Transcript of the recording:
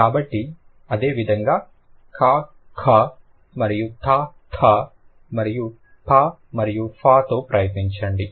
కాబట్టి అదే విధంగా క - ఖ మరియు త - థ ప మరియు ఫా తో ప్రయత్నించండి